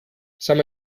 some